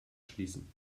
schließen